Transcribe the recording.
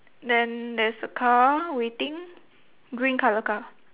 then there's a car waiting green colour car